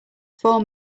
four